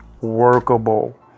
workable